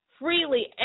freely